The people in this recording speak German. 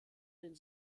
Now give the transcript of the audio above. den